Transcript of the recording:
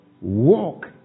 Walk